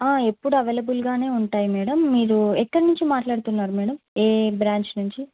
ఎప్పుడు అవైలబుల్గానే ఉంటాయి మేడం మీరు ఎక్కడ్నుంచి మాట్లాడుతున్నారు మేడం ఏ బ్రాంచ్ నుంచి